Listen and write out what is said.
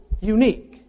unique